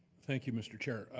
thank you, mr. chair.